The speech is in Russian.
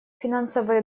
финансовые